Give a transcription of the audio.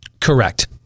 Correct